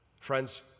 Friends